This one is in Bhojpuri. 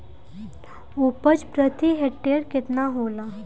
उपज प्रति हेक्टेयर केतना होला?